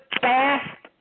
fast